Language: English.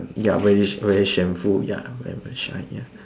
ya very very shameful ya very very shy ya